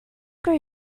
grow